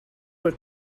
were